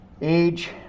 age